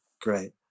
great